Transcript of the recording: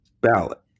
ballot